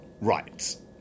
Right